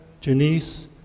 Janice